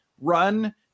run